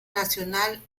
nacional